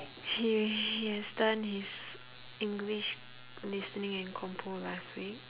he he has done his english listening and compo last week